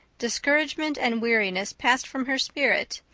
discouragement and weariness passed from her spirit,